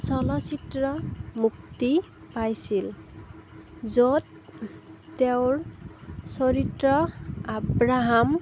চলচ্চিত্ৰ মুক্তি পাইছিল য'ত তেওঁৰ চৰিত্ৰ আব্ৰাহাম